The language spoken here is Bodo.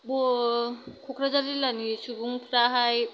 ब क'क्राझार जिल्लानि सुबुंफ्राहाय